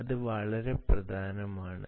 അത് വളരെ പ്രധാനമാണ്